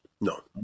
No